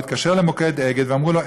הוא התקשר למוקד "אגד" ואמרו לו,